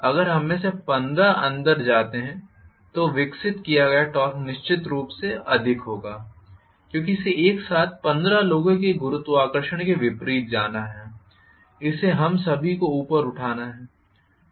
अगर हम में से 15 अंदर जाते हैं तो विकसित किया गया टॉर्क निश्चित रूप से अधिक होगा क्योंकि इसे एक साथ 15 लोगों के गुरुत्वाकर्षण के विपरीत जाना है इसे हम सभी को ऊपर उठाना है